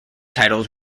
titles